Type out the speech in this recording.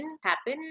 happen